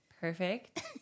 perfect